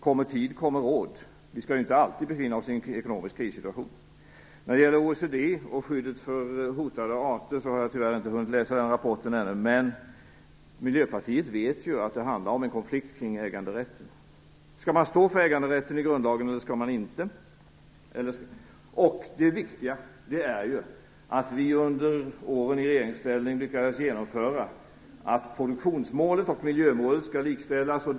Kommer tid, kommer råd. Vi skall ju inte alltid befinna oss i en ekonomisk krissituation. Jag har tyvärr inte hunnit läsa OECD:s rapport om skyddet för hotade arter. Men Miljöpartiet vet ju att det handlar om en konflikt kring äganderätten. Skall man stå för äganderätten i grundlagen eller inte? Det viktiga är att vi under åren i regeringsställning lyckades genomföra att produktionsmålet och miljömålet skall likställas.